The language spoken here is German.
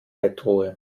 bettruhe